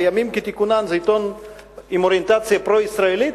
בימים כתיקונם זה עיתון עם אוריינטציה פרו-ישראלית?